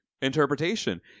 interpretation